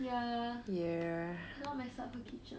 ya cannot mess up her kitchen